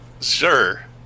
sure